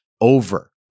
over